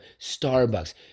Starbucks